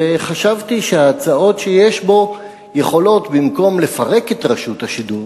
וחשבתי שההצעות שיש בו יכולות במקום לפרק את רשות השידור